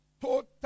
Total